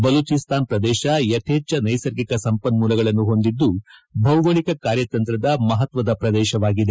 ಬಲೂಚಿಸ್ತಾನ್ ಪ್ರದೇಶ ಯಥೇಚ ನೈಸರ್ಗಿಕ ಸಂಪನ್ಮೂಲಗಳನ್ನು ಹೊಂದುವ ಜೊತೆಗೆ ಭೌಗೋಳಿಕ ಕಾರ್ಯತಂತ್ರದ ಮಹತ್ವ ಪ್ರದೇಶವಾಗಿದೆ